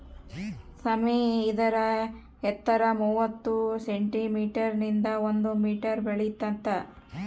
ಸಾಮೆ ಇದರ ಎತ್ತರ ಮೂವತ್ತು ಸೆಂಟಿಮೀಟರ್ ನಿಂದ ಒಂದು ಮೀಟರ್ ಬೆಳಿತಾತ